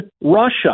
Russia